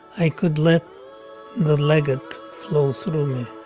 i could let the liget flow through me.